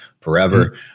forever